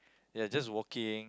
ya just walking